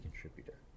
contributor